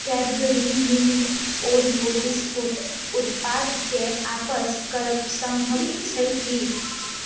Cadbury mini Oreo बिस्कुट उत्पादकेँ आपस करब संभव छै की